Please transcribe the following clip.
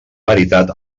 veritat